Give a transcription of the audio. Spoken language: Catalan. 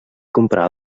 comprar